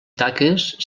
taques